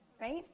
right